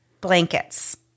Blankets